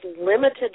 limited